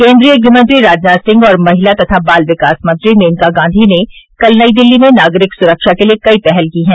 केन्द्रीय गृहमंत्री राजनाथ सिंह और महिला तथा बाल विकास मंत्री मेनका गांधी ने कल नई दिल्ली में नागरिक सुरक्षा के लिए कई पहल की है